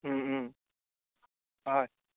হয়